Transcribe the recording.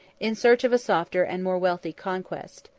in search of a softer and more wealthy conquest.